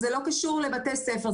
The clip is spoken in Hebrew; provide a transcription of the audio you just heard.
זה כאילו לא קשור לבתי ספר,